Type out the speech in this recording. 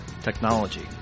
Technology